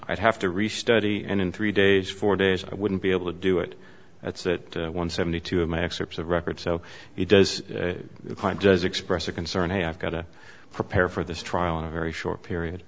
i'd have to restudy and in three days four days i wouldn't be able to do it that's it one seventy two in my excerpts of record so he does express a concern hey i've got to prepare for this trial in a very short period